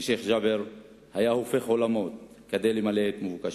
ושיח' ג'בר היה הופך עולמות כדי למלא את מבוקשו.